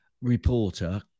reporter